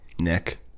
Nick